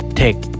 take